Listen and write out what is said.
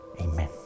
Amen